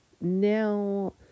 now